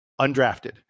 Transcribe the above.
undrafted